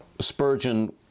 Spurgeon